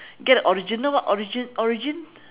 get a original what origin origin